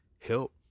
help